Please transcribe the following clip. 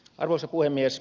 arvoisa puhemies